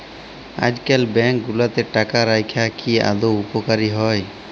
আইজকাল ব্যাংক গুলাতে টাকা রাইখা কি আদৌ উপকারী হ্যয়